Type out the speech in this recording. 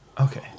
Okay